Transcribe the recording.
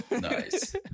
nice